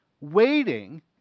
Waiting